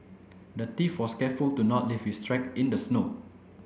the thief was careful to not leave his track in the snow